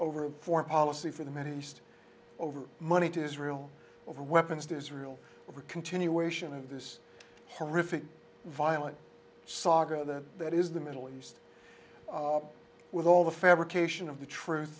over foreign policy for the middle east over money to israel over weapons to israel over continuation of this horrific violent saga that that is the middle east with all the fabrication of the truth